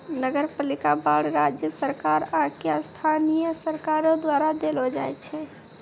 नगरपालिका बांड राज्य सरकार आकि स्थानीय सरकारो द्वारा देलो जाय छै